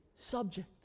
subject